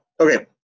okay